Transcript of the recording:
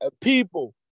People